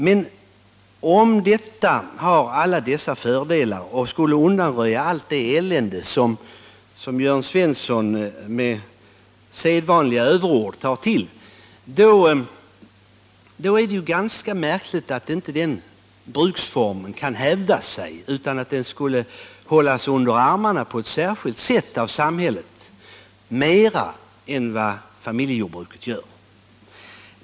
Men om detta har alla dessa fördelar och undanröjer allt elände, vilket Jörn Svensson med sedvanliga överord påstår, är det ganska märkligt att den bruksformen inte kan hävda sig utan att hållas under armarna på särskilt sätt av samhället mer än vad familjejordbruket gör.